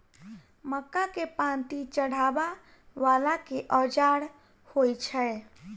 मक्का केँ पांति चढ़ाबा वला केँ औजार होइ छैय?